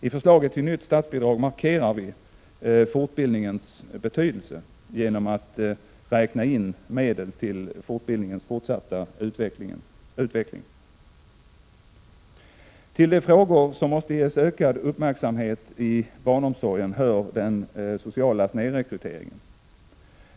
I förslaget till nytt statsbidrag markerar vi fortbildningens betydelse genom att räkna in medel till fortbildningens fortsatta utveckling. Till de frågor som måste ges ökad uppmärksamhet i barnomsorgen hör den sociala snedrekryteringen.